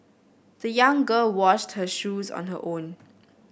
the young girl washed her shoes on her own